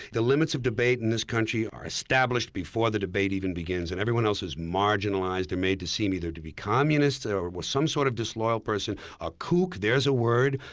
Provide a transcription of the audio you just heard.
the limits of debate in this country are established before the debate even begins and everyone else is marginalized and made to seem either to be communist or some sort of disloyal person a kook there's a word.